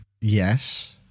Yes